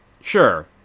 Sure